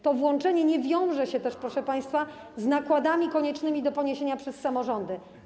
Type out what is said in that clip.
To włączenie nie wiąże się też, proszę państwa, z nakładami koniecznymi do poniesienia przez samorządy.